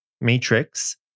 matrix